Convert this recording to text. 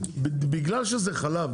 בגלל שזה חלב,